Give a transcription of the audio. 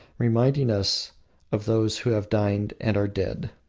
reminding us of those who have dined and are dead?